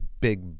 big